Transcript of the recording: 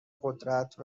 قدرت